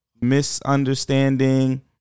misunderstanding